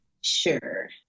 Sure